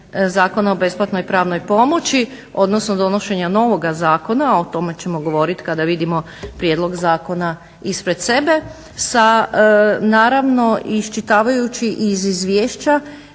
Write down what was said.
Zakona o besplatnoj pravnoj pomoći, odnosno donošenja novoga zakona, o tome ćemo govorit kada vidimo prijedlog zakona ispred sebe, naravno iščitavajući iz izvješća